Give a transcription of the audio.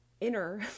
inner